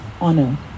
honor